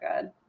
good